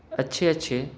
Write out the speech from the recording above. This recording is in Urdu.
اچھے اچھے